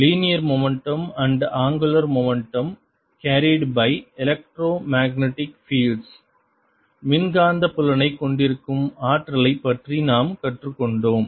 linear momentum and angular momentum carried by electromagnetic fields மின்காந்த புலனை கொண்டிருக்கும் ஆற்றலைப் பற்றி நாம் கற்றுக் கொண்டோம்